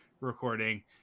recording